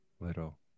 little